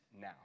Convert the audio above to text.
now